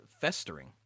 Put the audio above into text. festering